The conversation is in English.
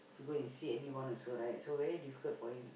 go and see anyone also right so very difficult for him